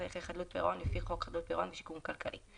הליכי חדלות פירעון לפי חוק חדלות פירעון ושיקום כלכלי".